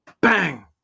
Bang